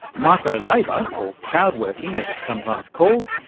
micro-labour, or crowd-working as it's sometimes called,